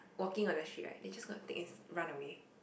walking on the street they just gonna take and run away